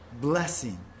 blessing